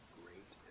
great